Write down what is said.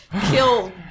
kill